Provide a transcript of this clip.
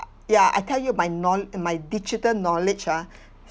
ya I tell you my kno~ my digital knowledge ah